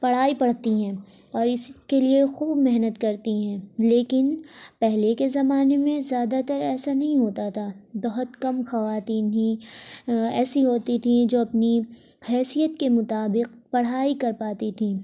پڑھائی پڑھتی ہیں اور اس کے لیے خوب محنت کرتی ہیں لیکن پہلے کے زمانے میں زیادہ تر ایسا نہیں ہوتا تھا بہت کم خواتین ہی ایسی ہوتی تھیں جو اپنی حیثیت کے مطابق پڑھائی کر پاتی تھیں